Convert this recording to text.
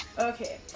Okay